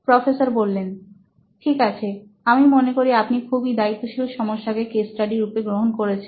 professor ঠিক আছে আমি মনে করি আপনি খুবই দায়িত্বশীল সমস্যাকে কেস স্টাডি রূপে গ্রহণ করেছেন